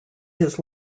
his